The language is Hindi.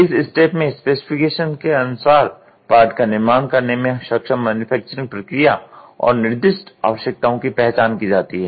इस स्टेप में स्पेसिफिकेशन के अनुसार पार्ट का निर्माण करने में सक्षम मैन्युफैक्चरिंग प्रक्रिया और निर्दिष्ट आवश्यकताओं की पहचान की जाती है